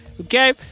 Okay